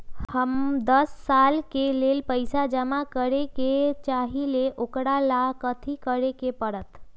हम दस साल के लेल पैसा जमा करे के चाहईले, ओकरा ला कथि करे के परत?